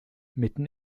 mitten